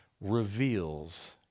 reveals